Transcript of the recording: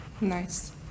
Nice